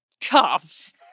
tough